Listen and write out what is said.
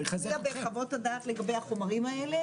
זה מופיע בחוות הדעת לגבי החומרים האלה